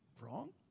wrong